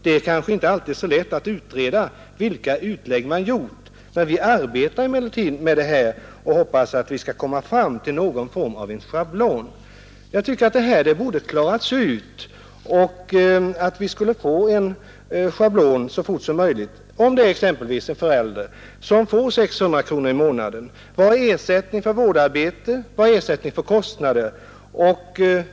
Det är kanske inte alltid så lätt att utreda vilka utlägg man haft, men vi arbetar med detta och hoppas att vi skall komma fram till någon form av schablon. Jag tycker att detta borde klaras ut och att vi så snart som möjligt borde få en schablon som anger för en förälder, som får t.ex. 600 kronor i månaden i fosterlön, vad som är ersättning för vårdarbete och vad som är ersättning för kostnader.